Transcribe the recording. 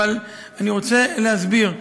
אבל אני רוצה להסביר.